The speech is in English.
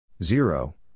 Zero